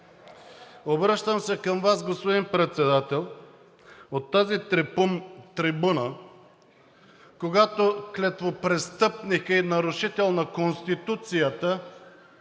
Обръщам се към Вас, господин Председател – от тази трибуна, когато клетвопрестъпник и нарушител на Конституцията